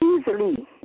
easily